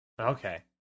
Okay